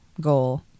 goal